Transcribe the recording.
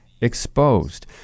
exposed